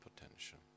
potential